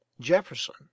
Jefferson